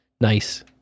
Nice